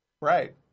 Right